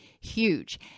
huge